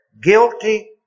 guilty